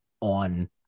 on